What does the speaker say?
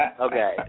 Okay